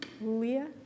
Leah